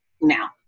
now